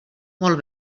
molt